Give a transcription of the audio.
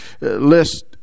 list